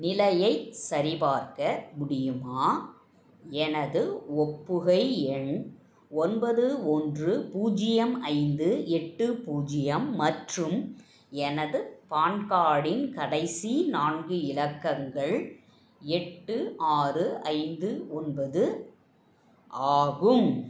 நிலையைச் சரிபார்க்க முடியுமா எனது ஒப்புகை எண் ஒன்பது ஒன்று பூஜ்ஜியம் ஐந்து எட்டு பூஜ்ஜியம் மற்றும் எனது பான் கார்டின் கடைசி நான்கு இலக்கங்கள் எட்டு ஆறு ஐந்து ஒன்பது ஆகும்